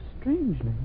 strangely